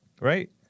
right